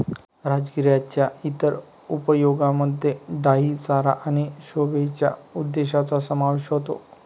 राजगिराच्या इतर उपयोगांमध्ये डाई चारा आणि शोभेच्या उद्देशांचा समावेश होतो